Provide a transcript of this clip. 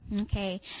Okay